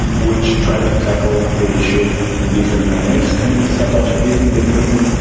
which try to tackle the issue in different manners than satoshi did in the beginning.